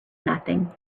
nothing